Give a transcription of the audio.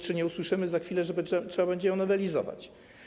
Czy nie usłyszymy za chwilę, że trzeba ją nowelizować?